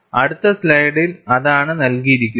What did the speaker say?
അടുത്ത സ്ലൈഡിൽ അതാണ് നൽകിയിരിക്കുന്നത്